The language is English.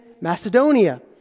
macedonia